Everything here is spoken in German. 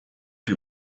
die